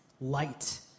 light